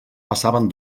passaven